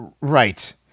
right